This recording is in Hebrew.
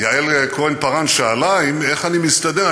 יעל כהן-פארן שאלה איך אני מסתדר.